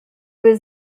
was